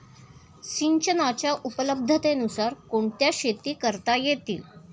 सिंचनाच्या उपलब्धतेनुसार कोणत्या शेती करता येतील?